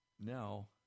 Now